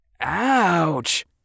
Ouch